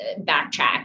backtrack